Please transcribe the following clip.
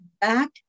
back